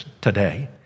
today